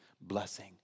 blessing